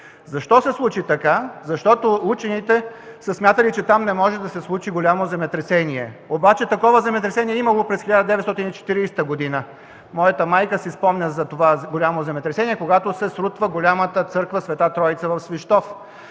Защо се случи така? Защото учените са смятали, че там не може да се случи голямо земетресение. Такова земетресение обаче е имало през 1940 г. Моята майка си спомня за това голямо земетресение, когато се срутва голямата църква „Света Троица” в Свищов.